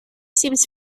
seems